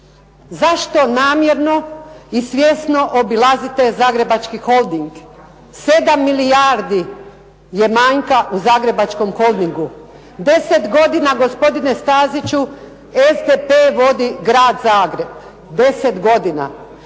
Zašto namjerno i svjesno zaobilazite Zagrebački holding, 7 milijardi je manjka u Zagrebačkom holdingu, 10 godina gospodine Staziću SDP vodi grad Zagreb, 10 godina.